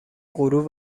غرور